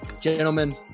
gentlemen